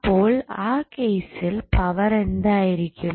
അപ്പോൾ ആ കേസിൽ പവർ എന്തായിരിക്കും